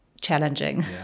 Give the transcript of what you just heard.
challenging